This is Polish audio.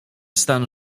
stan